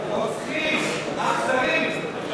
משחררים מחבלים עם דם על הידיים,